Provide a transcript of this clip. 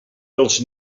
dels